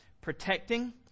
protecting